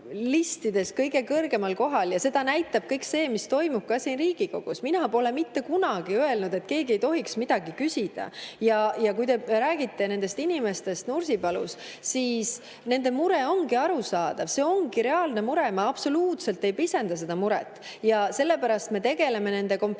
kõige kõrgemal kohal ja seda näitab ka kõik see, mis toimub siin Riigikogus. Mina pole mitte kunagi öelnud, et keegi ei tohiks midagi küsida. Ja kui te räägite nendest inimestest Nursipalus, siis nende mure ongi arusaadav. See ongi reaalne mure, ma absoluutselt ei pisenda seda muret. Sellepärast me tegeleme ka kompensatsioonimeetmetega,